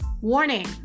Warning